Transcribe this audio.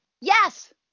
Yes